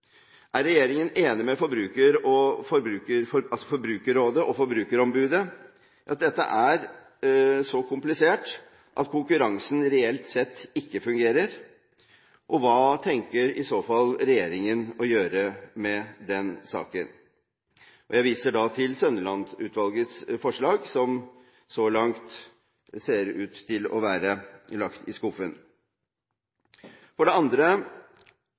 Er regjeringen enig med Forbrukerrådet og Forbrukerombudet i at dette er så komplisert at konkurransen reelt sett ikke fungerer? Hva tenker i så fall regjeringen å gjøre med den saken? Jeg viser da til Sønneland-utvalgets forslag, som så langt ser ut til å være lagt i skuffen. For det andre